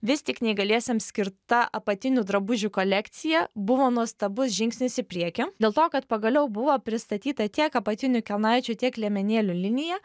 vis tik neįgaliesiems skirta apatinių drabužių kolekcija buvo nuostabus žingsnis į priekį dėl to kad pagaliau buvo pristatyta tiek apatinių kelnaičių tiek liemenėlių linija